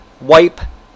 wipe